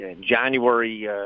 January